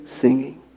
singing